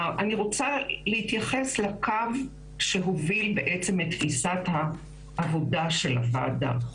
אני רוצה להתייחס לקו שהוביל בעצם את תפיסת העבודה של הוועדה.